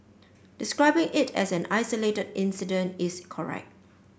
describing it as an isolated incident is correct